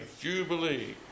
Jubilee